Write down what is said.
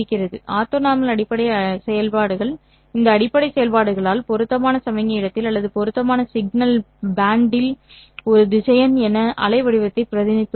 orthonormal அடிப்படை செயல்பாடுகள் இந்த அடிப்படை செயல்பாடுகளால் பொருத்தமான சமிக்ஞை இடத்தில் அல்லது பொருத்தமான சிக்னல் பேண்டில் ஒரு திசையன் என அலைவடிவத்தை பிரதிநிதித்துவப்படுத்தும்